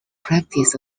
practice